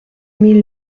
mille